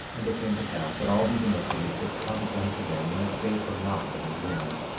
and it came to pass that all these iniquities did come unto them in the space of not many years,